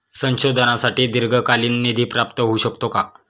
संशोधनासाठी दीर्घकालीन निधी प्राप्त होऊ शकतो का?